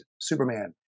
Superman